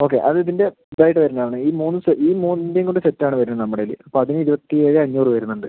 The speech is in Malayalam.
ഓക്കെ അത് ഇതിൻ്റ ഇത് ആയിട്ട് വരുന്നത് ആണ് ഈ മൂന്ന് സെറ്റ് ഈ മൂന്നിൻ്റെയും കൂടെ സെറ്റ് ആണ് വരുന്നത് നമ്മുടെ ഇടയില് അപ്പം അതിന് ഇരുപത്തിയേഴ് അഞ്ഞൂറ് വരുന്നുണ്ട്